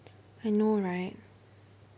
I know right